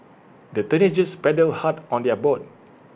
the teenagers paddled hard on their boat